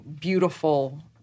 beautiful